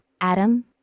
Adam